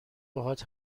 باهات